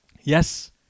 Yes